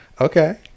Okay